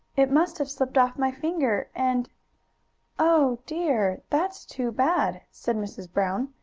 it must have slipped off my finger, and oh dear! that's too bad! said mrs brown.